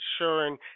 ensuring